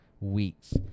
weeks